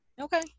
Okay